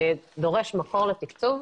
שדורש מקור לתקצוב,